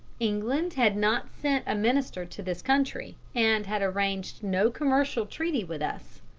england had not sent a minister to this country, and had arranged no commercial treaty with us.